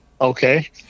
Okay